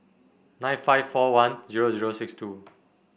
nine five four one zero zero six two